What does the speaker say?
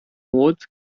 wards